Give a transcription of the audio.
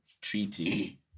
Treaty